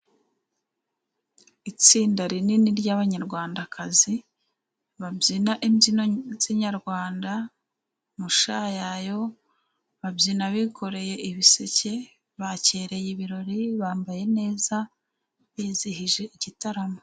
Itsinda rinini ry'abanyarwandakazi, babyina imbyino z'inyarwanda, umushayayo, babyina bikoreye ibiseke, bakereye ibirori, bambaye neza, bizihije igitaramo.